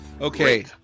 Okay